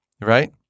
right